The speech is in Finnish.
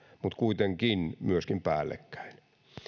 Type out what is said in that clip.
mutta kuitenkin myöskin päällekkäin